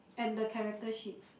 and the character sheets